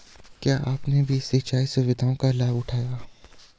क्या आपने भी सिंचाई सुविधाओं का लाभ उठाया